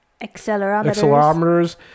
Accelerometers